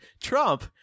Trump